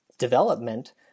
development